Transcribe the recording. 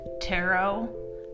tarot